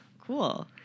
cool